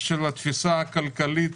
של התפיסה הכלכלית